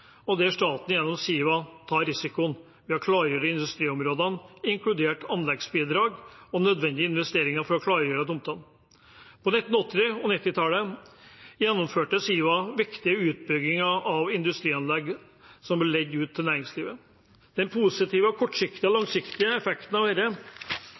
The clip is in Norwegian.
og der staten, gjennom Siva, tar risikoen ved å klargjøre industriområdene, inkludert anleggsbidrag og nødvendige investeringer for å klargjøre tomtene. På 1980- og 1990-tallet gjennomførte Siva viktige utbygginger av industrianlegg som ble leid ut til næringslivet. Den positive kortsiktige og